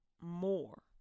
more